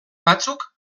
batzuk